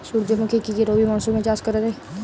সুর্যমুখী কি রবি মরশুমে চাষ করা যায়?